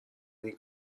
این